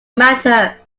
matter